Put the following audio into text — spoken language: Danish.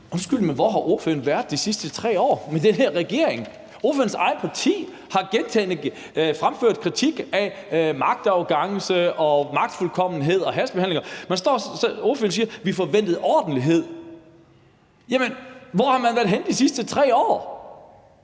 Undskyld, men hvor har ordføreren været de sidste 3 år med den her regering? Ordførerens eget parti har gentagne gange fremført kritik af magtarrogance, magtfuldkommenhed og hastebehandlinger. Ordføreren siger, at man forventede ordentlighed, men hvor har man været henne de sidste 3 år?